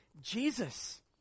Jesus